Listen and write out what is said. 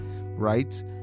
right